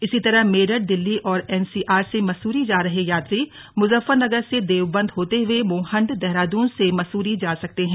इसी तरह मेरठ दिल्ली और एनसीआर से मसूरी जा रहे यात्री मुजफ्फरनगर से देवबंद होते हुए मोहंड देहरादून से मसूरी जा सकते हैं